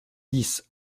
dix